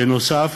בנוסף,